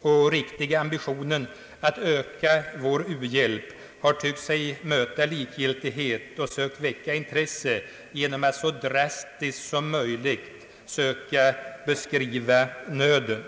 och riktiga ambitionen att öka vår u-hjälp har tyckt sig möta likgiltighet och sökt väcka intresse genom att så drastiskt som möjligt beskriva nöden.